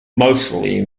mostly